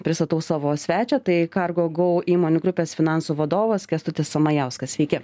pristatau savo svečią tai kargo gau įmonių grupės finansų vadovas kęstutis samajauskas sveiki